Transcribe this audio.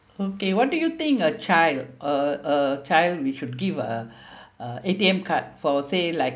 okay what do you think a child a a child we should give a uh A_T_M card for say like